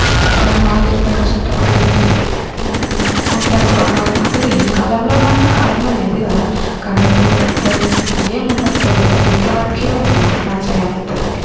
అట్లా వాళ్ళు ఎంత కష్టపడి ఉంటారో ఆ కాలంలో అసలు ఈ కాలంలో ఉన్నట్టు ఆ కాలంలో లేదు కదా కరెంటు ఉండకపోయేది ఏం ఉండకపోయేది అసలెట్ల బతికిరో ఏమో నాకే ఆశ్చర్యమైతాది